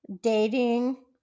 dating